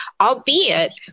albeit